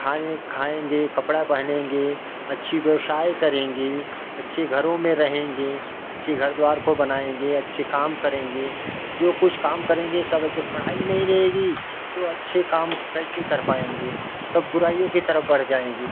खाने खाएँगे कपड़ा पहनेंगे अच्छा व्यवसाय करेंगे अच्छी घरों में रहेंगे अच्छे घर द्वार को बनाएँगे अच्छे काम करेंगे जो कुछ काम करेंगे सब अजे पढ़ाई नहीं रहेगी तो अच्छे काम कैसे कर पाएँगे तब बुराइयों की तरफ़ बढ़ जाएँगे